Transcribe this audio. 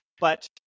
but-